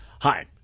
Hi